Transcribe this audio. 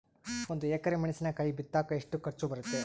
ಒಂದು ಎಕರೆ ಮೆಣಸಿನಕಾಯಿ ಬಿತ್ತಾಕ ಎಷ್ಟು ಖರ್ಚು ಬರುತ್ತೆ?